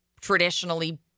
traditionally